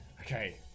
okay